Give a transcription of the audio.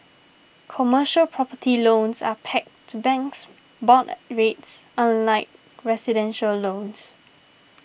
commercial property loans are pegged to banks board rates unlike residential loans